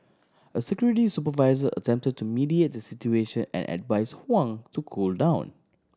a security supervisor attempted to mediate the situation and advised Huang to cool down